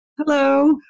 Hello